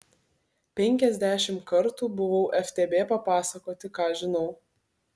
penkiasdešimt kartų buvau ftb papasakoti ką žinau